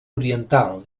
oriental